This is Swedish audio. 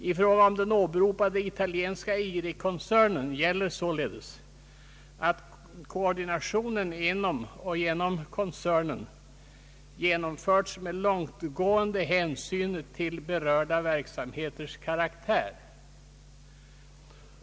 I fråga om den åberopade italienska IRI-koncernen gäller sålunda att koordinationen inom och genom koncernen genomförts med långtgående hänsyn till berörda verksamheters karaktär.